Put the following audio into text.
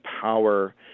power